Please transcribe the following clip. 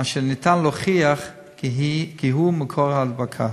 אשר אפשר להוכיח כי הוא מקור ההדבקה.